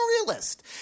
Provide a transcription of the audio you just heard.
Realist